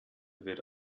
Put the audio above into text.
wird